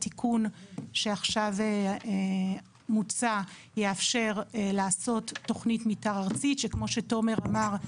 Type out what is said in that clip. התיקון שעכשיו מוצע יאפשר לעשות תוכנית מתאר ארצית שכמו שתומר אמר,